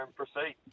proceed